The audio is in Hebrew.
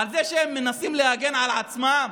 על זה שהם מנסים להגן על עצמם?